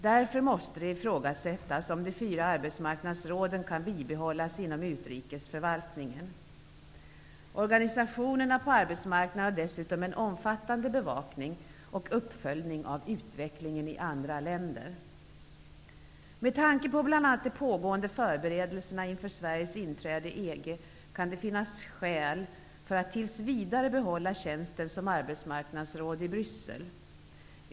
Därför måste det ifrågasättas om de fyra arbetsmarknadsråden kan bibehållas inom utrikesförvaltningen. Organisationerna på arbetsmarknaden har dessutom en omfattande bevakning och uppföljning av utvecklingen i andra länder. Med tanke på bl.a. de pågående förberedelserna inför Sveriges inträde i EG kan det finnas skäl att tills vidare behålla tjänsten som arbetsmarknadsråd i Bryssel.